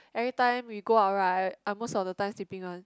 everytime we go out right I most of the time sleeping one